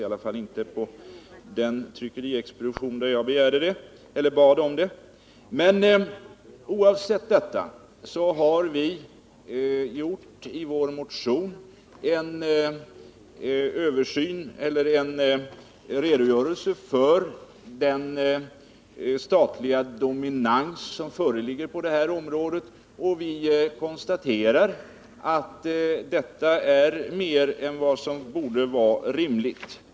Det fanns inte på den tryckeriexpedition där jag bad om det. Oavsett detta har vi i vår motion lämnat en redogörelse för den statliga dominansen på det här området, och vi konstaterar att den är större än vad som borde vara rimligt.